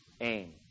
aim